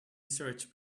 search